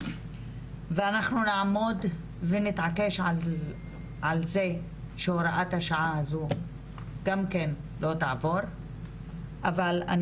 ואנחנו נעמוד ונתעקש על זה שהוראת השעה הזאת לא תעבור אבל אני